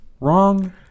wrong